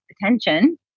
attention